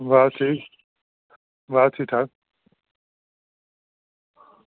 बस ठीक बस ठीक ठाक